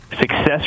success